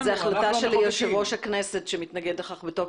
זו החלטה של יושב ראש הכנסת שמתנגד לכך בתוקף.